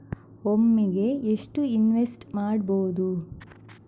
ಒಮ್ಮೆಗೆ ಎಷ್ಟು ಇನ್ವೆಸ್ಟ್ ಮಾಡ್ಬೊದು?